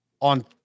on